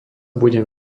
budeme